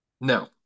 No